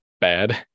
bad